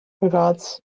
Regards